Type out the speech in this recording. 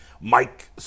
Mike